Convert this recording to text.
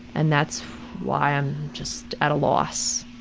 and that's why i'm just, at a loss.